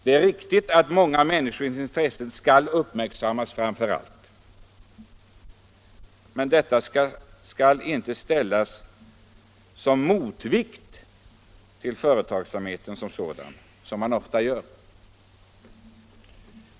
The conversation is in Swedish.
Det är riktigt att många människors intressen skall uppmärksammas främst, men de skall inte ställas som motvikt till företagsamhet som sådan, som ofta sker.